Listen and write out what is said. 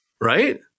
Right